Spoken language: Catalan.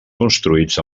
construïts